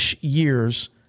years